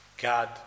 God